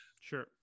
Sure